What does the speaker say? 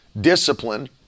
discipline